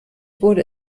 wurde